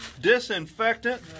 disinfectant